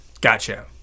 Gotcha